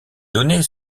données